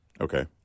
Okay